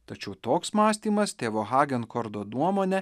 tačiau toks mąstymas tėvo hagenkordo nuomone